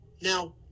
Now